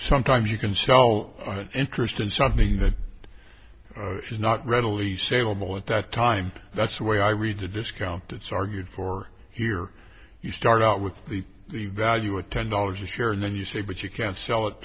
sometimes you can sell an interest in something that it is not readily salable at that time that's the way i read to discount it's argued for here you start out with the value of ten dollars a share and then you say but you can't sell it